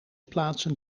plaatsen